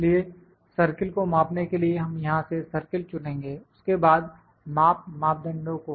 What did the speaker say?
इसलिए सर्किल को मापने के लिए हम यहां से सर्किल चुनेंगे उसके बाद माप मापदंडों को